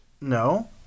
No